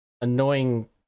annoying